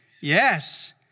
yes